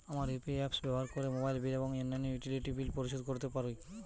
আমরা UPI apps ব্যবহার করে মোবাইল বিল এবং অন্যান্য ইউটিলিটি বিল পরিশোধ করতে পারি